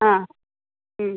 ஆ ம்